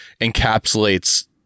encapsulates